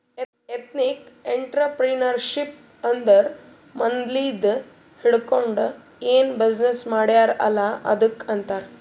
ethnic entrepreneurship ಅಂದುರ್ ಮದ್ಲಿಂದ್ ಹಿಡ್ಕೊಂಡ್ ಏನ್ ಬಿಸಿನ್ನೆಸ್ ಮಾಡ್ಯಾರ್ ಅಲ್ಲ ಅದ್ದುಕ್ ಆಂತಾರ್